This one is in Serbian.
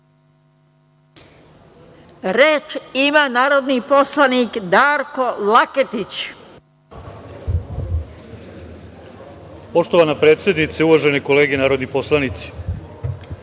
Reč ima narodni poslanik Darko Laketić. **Darko Laketić** Poštovana predsednice, uvažene kolege narodni poslanici,